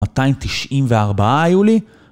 294 היו לי...